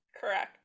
correct